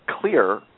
clear